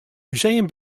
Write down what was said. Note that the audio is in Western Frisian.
museum